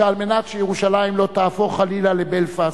שכדי שירושלים לא תהפוך חלילה לבלפסט,